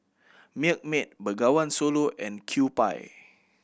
Milkmaid Bengawan Solo and Kewpie